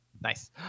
Nice